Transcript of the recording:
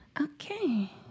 okay